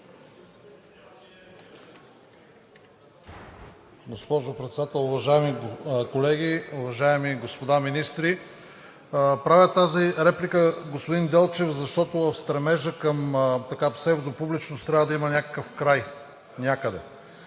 Госпожо Председател, уважаеми колеги, уважаеми господа министри! Правя тази реплика, господин Делчев, защото в стремежа към псевдопубличност трябва да има някакъв край някъде.